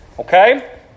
Okay